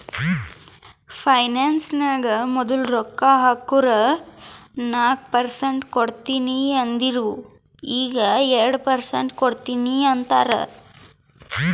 finance ನಾಗ್ ಮದುಲ್ ರೊಕ್ಕಾ ಹಾಕುರ್ ನಾಕ್ ಪರ್ಸೆಂಟ್ ಕೊಡ್ತೀನಿ ಅಂದಿರು ಈಗ್ ಎರಡು ಪರ್ಸೆಂಟ್ ಕೊಡ್ತೀನಿ ಅಂತಾರ್